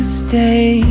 stay